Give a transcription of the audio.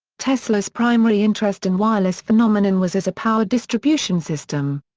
tesla's primary interest in wireless phenomenon was as a power distribution system.